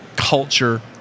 culture